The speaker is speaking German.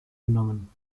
genommen